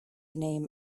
name